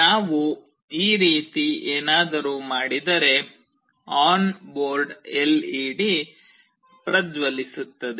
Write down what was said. ನಾವು ಈ ರೀತಿ ಏನಾದರೂ ಮಾಡಿದರೆ on board L E D ಪ್ರಜ್ವಲಿಸುತ್ತದೆ